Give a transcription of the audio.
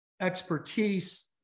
expertise